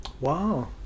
Wow